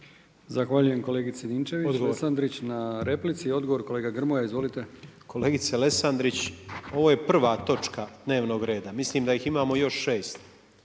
Zahvaljujem kolegice Ninčević-Lesandrić na replici. I odgovor kolega Grmoja, izvolite. **Grmoja, Nikola (MOST)** Kolegice Lesandrić, ovo je prva točka dnevnog reda, mislim da ih imamo još 6.